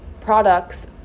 products